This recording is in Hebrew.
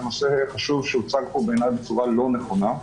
נושא חשוב שהוצג פה בצורה לא נכונה.